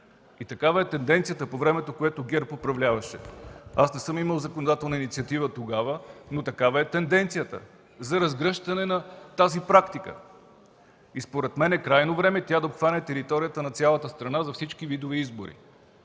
Такава е тенденцията по времето, когато ГЕРБ управляваше. Аз не съм имал законодателна инициатива тогава, но такава е тенденцията за разгръщане на тази практика. Според мен е крайно време тя да обхване територията на цялата страна за всички видове избори.